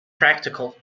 practical